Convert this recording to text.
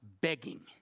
begging